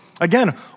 Again